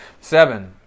seven